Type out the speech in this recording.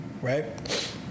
right